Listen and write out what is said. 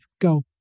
Go